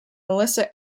melissa